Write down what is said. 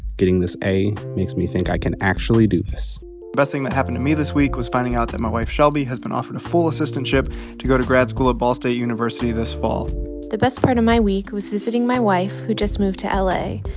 getting this a makes me think i can actually do this best thing that happened to me this week was finding out that my wife, shelby, has been offered a full assistantship to go to grad school at boston university this fall the best part of my week was visiting my wife, who just moved to la.